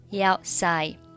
outside